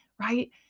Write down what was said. right